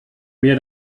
mir